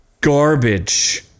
Garbage